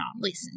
Listen